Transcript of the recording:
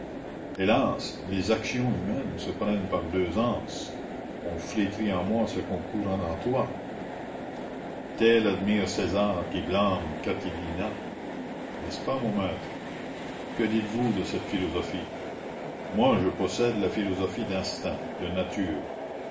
hélas les actions humaines se prennent par deux anses on flétrit en moi ce qu'on couronne en toi tel admire césar qui blâme catilina n'est-ce pas mon maître que dites-vous de cette philosophie moi je possède la philosophie d'instinct de nature